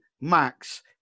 Max